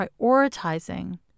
prioritizing